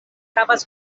havas